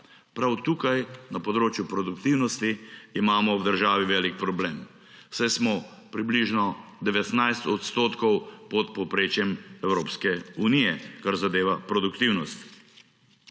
Prav tu na področju produktivnosti imamo v državi velik problem, saj smo približno 19 odstotkov pod povprečjem Evropske unije, kar zadeva produktivnost.